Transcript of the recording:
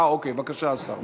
בבקשה, השר.